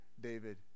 David